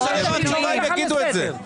לא משנה מה הם יגידו את זה.